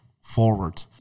forward